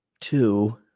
two